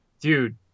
Dude